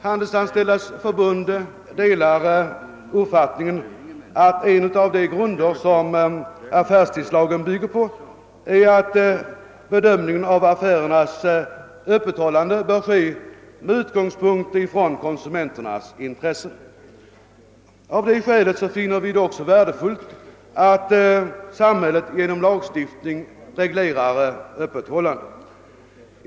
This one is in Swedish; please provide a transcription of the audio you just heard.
Handelsanställdas förbund delar uppfattningen att en av de grunder som affärstidslagen bygger på är att bedömningen av affärernas öppethållande bör ske med utgångspunkt i konsumenternas intressen. Av det skälet finner vi det också värdefullt att samhället genom lagstiftning reglerar öppethållandet.